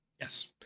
yes